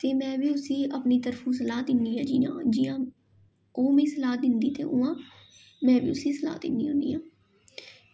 ते में बी उसी अपनी तरफूं सलाह् दिन्नी आं कि जियां जियां ओह् मिगी सलाह् दिंदी ते उयां में बी उसी सलाह् दिन्नी होन्नी आं